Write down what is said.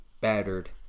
battered